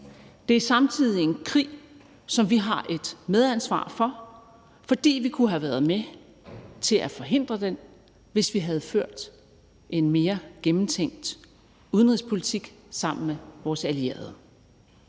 Det er samtidig en krig, som vi har et medansvar for, fordi vi kunne have været med til at forhindre den, hvis vi havde ført en mere gennemtænkt udenrigspolitik sammen med vores allierede.